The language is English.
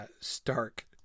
stark